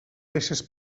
deixes